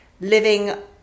living